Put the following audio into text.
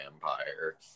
vampire